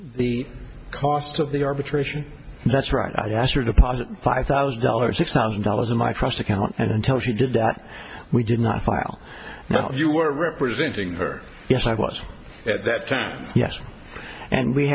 the cost of the arbitration that's right i asked her deposit five thousand dollars six thousand dollars in my trust account and until she did that we did not file now you were representing her yes i was at that time yes and we